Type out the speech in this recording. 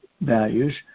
values